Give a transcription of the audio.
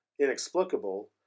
inexplicable